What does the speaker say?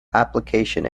application